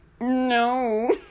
No